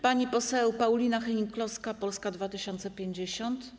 Pani poseł Paulina Hennig-Kloska, Polska 2050.